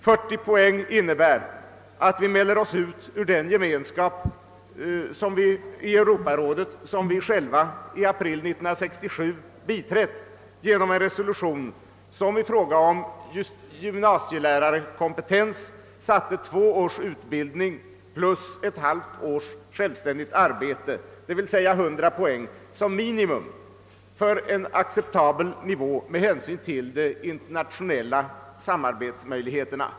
40 poäng innebär att vi mäler oss ut ur den gemenskap i Europarådet som vi själva i april 1967 biträtt genom en resolution som i fråga om gymnasielärarkompetens satte två års utbildning jämte ett halvt års självständigt arbete, d.v.s. 100 poäng, såsom minimum för en acceptabel nivå med hänsyn till de internationella samarbetsmöjligheterna.